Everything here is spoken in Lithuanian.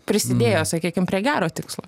prisidėjo sakykim prie gero tikslo